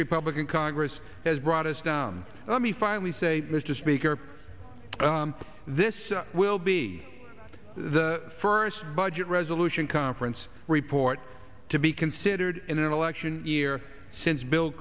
republican congress has brought us down let me finally say mr speaker this will be the first budget resolution conference report to be considered in an election year since bill